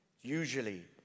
Usually